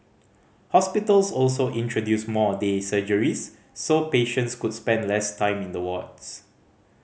hospitals also introduced more day surgeries so patients could spend less time in the wards